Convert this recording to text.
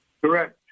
Correct